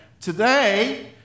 today